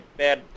bad